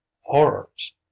Horrors